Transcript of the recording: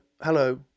hello